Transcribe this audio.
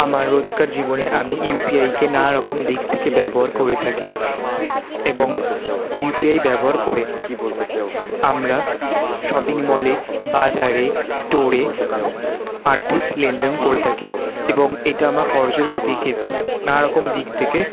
আমার রোজকার জীবনে আমি ইউপিআইকে নানারকম দিক থেকে ব্যবহার করে থাকি এবং ইউপিআই ব্যবহার করে আমরা শপিং মলে বাজারে স্টোরে আর্থিক লেনদেন করে থাকি এবং এটা আমার খরচের গতিকে নানা রকম দিক থেকে